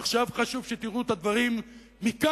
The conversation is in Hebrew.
עכשיו חשוב שתראו את הדברים מכאן,